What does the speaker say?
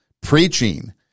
preaching